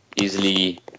easily